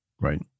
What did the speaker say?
Right